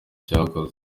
cyakozwe